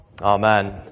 amen